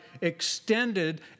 extended